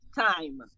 time